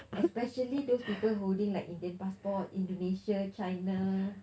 especially those people holding like indian passport indonesia china